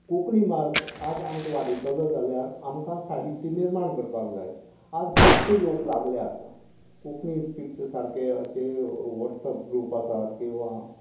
कोंकणी भास आज आमकां वाडयतलो जाल्यार आमकां साहित्य निर्माण करपाक जाय आज खुबशे लोक लागल्यात कोंकणी स्पिक्स सारकें अशें व्हाॅटसप ग्रुप आसात किंवां